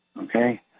okay